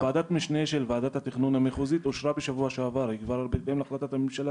ועוד שני שליש חלים עליהם מגבלות,